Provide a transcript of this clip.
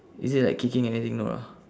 is it like kicking anything no ah